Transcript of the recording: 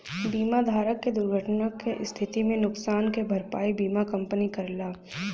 बीमा धारक क दुर्घटना क स्थिति में नुकसान क भरपाई बीमा कंपनी करला